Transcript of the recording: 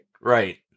Right